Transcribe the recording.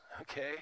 okay